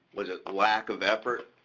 was it a lack of effort?